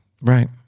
right